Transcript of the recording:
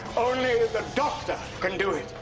only the doctor can do it!